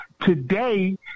today